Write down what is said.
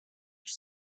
you